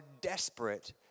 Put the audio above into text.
desperate